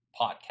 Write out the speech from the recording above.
Podcast